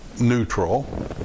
neutral